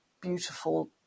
beautiful